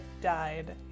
died